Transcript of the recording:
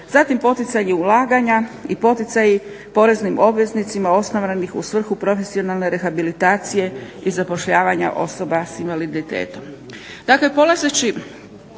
zatim poticaji ulaganja i poticaji poreznim ob veznicima osnovanim u svrhu profesionalne rehabilitacije i zapošljavanja osoba s invaliditetom.